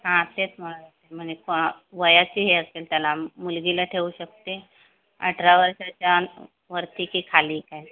हां तेच म्हणाले म्हणे वयाचे हे असेल त्याला मुलगीला ठेवू शकते अठरा वर्षाच्या वरती की खाली काय